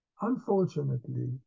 unfortunately